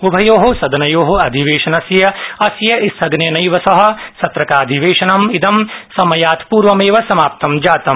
उभयो सदनयो अधिवेशनस्य अस्य स्थगनेनैव सह सत्रकाधिवेशनम् इदं समयात्पूर्वमेव समाप्तं जातम्